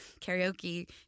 karaoke